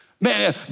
Man